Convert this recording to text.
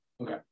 Okay